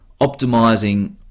optimizing